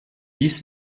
dies